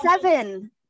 seven